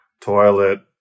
Toilet